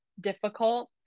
difficult